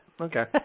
Okay